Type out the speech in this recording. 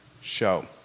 show